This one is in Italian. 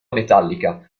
metallica